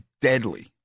deadly